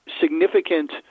significant